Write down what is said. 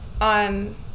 on